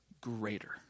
greater